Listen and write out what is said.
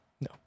No